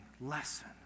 lesson